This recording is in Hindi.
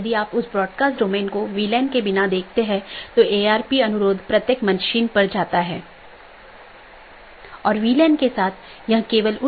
यह हर BGP कार्यान्वयन के लिए आवश्यक नहीं है कि इस प्रकार की विशेषता को पहचानें